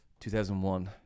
2001